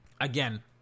Again